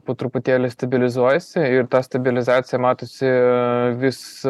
po truputėlį stabilizuojasi ir ta stabilizacija matosi vis